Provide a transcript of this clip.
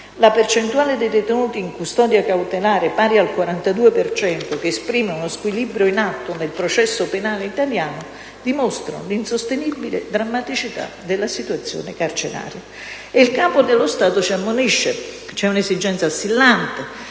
la percentuale dei detenuti in custodia cautelare, pari al 42 per cento, che esprime uno squilibrio in atto nel processo penale italiano, dimostrano la insostenibile drammaticità della situazione carceraria. E il Capo dello Stato ci ammonisce: «c'è un'emergenza assillante,